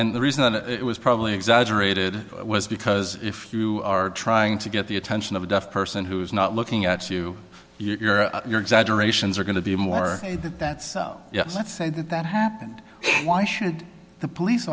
and the reason that it was probably exaggerated was because if you are trying to get the attention of a deaf person who is not looking at you you or your exaggerations are going to be more than that so yes let's say that that happened why should the police